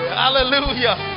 hallelujah